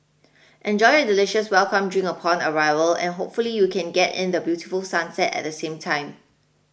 enjoy a delicious welcome drink upon arrival and hopefully you can get in the beautiful sunset at the same time